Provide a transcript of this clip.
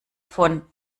von